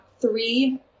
three